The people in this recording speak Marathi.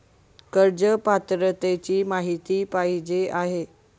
कर्ज पात्रतेची माहिती पाहिजे आहे?